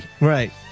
Right